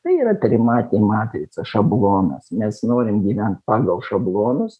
tai yra trimatį matricą šablonas mes norim gyvent pagal šablonus